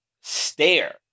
stare